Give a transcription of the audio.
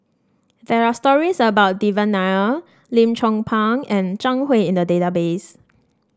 there are stories about Devan Nair Lim Chong Pang and Zhang Hui in the database